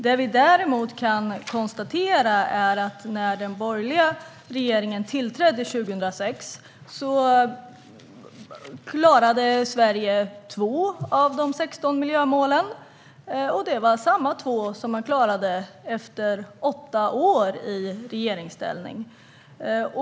Det vi däremot kan konstatera är att när den borgerliga regeringen tillträdde 2006 klarade Sverige två av de 16 miljömålen. Det var samma två som man klarade efter åtta år i regeringsställning.